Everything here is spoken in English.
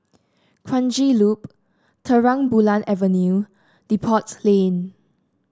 Kranji Loop Terang Bulan Avenue Depot Lane